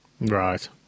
Right